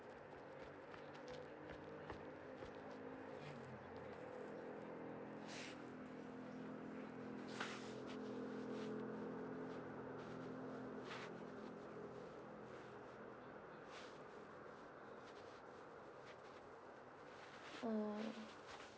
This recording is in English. mm